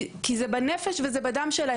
כי זה בנפש וזה בדם שלהם.